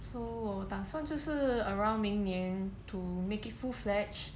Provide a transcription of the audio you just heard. so 我打算就是 around 明年 to make it full fledge